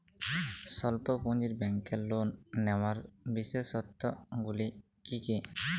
স্বল্প পুঁজির ব্যাংকের লোন নেওয়ার বিশেষত্বগুলি কী কী?